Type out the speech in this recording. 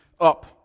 up